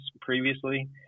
previously